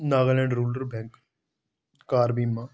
Nagaland rural bank कार बीमा